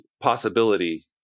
possibility